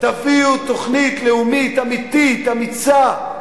תביאו תוכנית לאומית אמיתית, אמיצה,